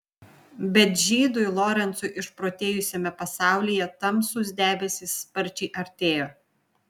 bet žydui lorencui išprotėjusiame pasaulyje tamsūs debesys sparčiai artėjo